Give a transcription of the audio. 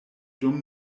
dum